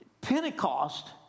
Pentecost